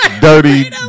dirty